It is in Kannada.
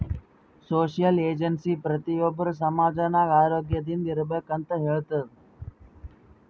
ಸೋಶಿಯಲ್ ಏಜೆನ್ಸಿ ಪ್ರತಿ ಒಬ್ಬರು ಸಮಾಜ ನಾಗ್ ಆರೋಗ್ಯದಿಂದ್ ಇರ್ಬೇಕ ಅಂತ್ ಹೇಳ್ತುದ್